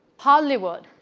hollywood,